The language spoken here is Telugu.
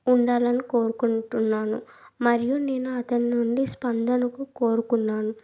ఉండాలని కోరుకుంటున్నాను మరియు నేను అతని నుండి స్పందనకు కోరుకున్నాను